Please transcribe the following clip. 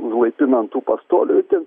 užlaipina ant tų pastolių ir ten